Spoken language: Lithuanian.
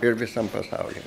ir visam pasauly